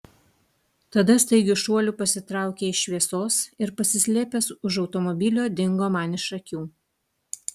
tada staigiu šuoliu pasitraukė iš šviesos ir pasislėpęs už automobilio dingo man iš akių